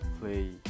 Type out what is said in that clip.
play